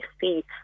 see